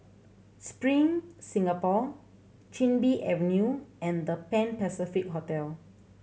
Spring Singapore Chin Bee Avenue and The Pan Pacific Hotel